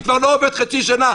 שכבר לא עובד חצי שנה,